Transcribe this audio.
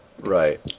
Right